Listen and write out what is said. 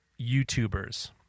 YouTubers